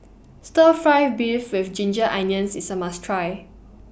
Stir Fry Beef with Ginger Onions IS A must Try